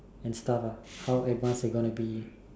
and stuff ah how advanced they gonna be